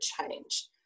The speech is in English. change